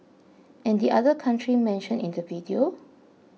and the other country mentioned in the video